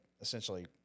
essentially